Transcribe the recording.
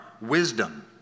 wisdom